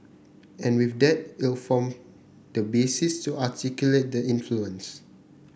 and with that it'll form the basis to articulate that influence